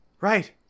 right